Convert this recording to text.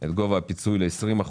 את גובה הפיצוי ל-20%.